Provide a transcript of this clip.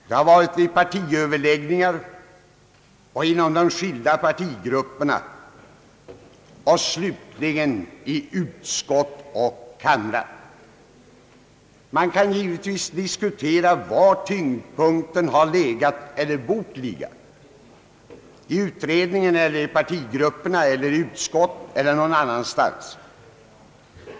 Det har varit vid partiöverläggningar och inom de skilda partigrupperna, och slutligen i utskott och kamrar. Man kan givetvis diskutera var tyngdpunkten har legat eller bort ligga, i utredningen, i partigrupperna, i utskottet eller någon annanstans.